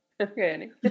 okay